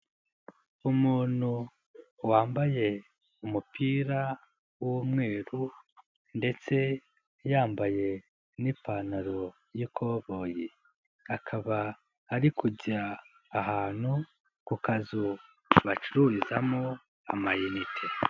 Umuntu wambaye umupira w'umweru ndetse yambaye n'ipantaro y'ikoboyi, akaba ari kujya ahantu ku kazu bacururizamo amayinite.